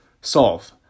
solve